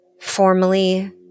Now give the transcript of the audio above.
formally